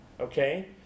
okay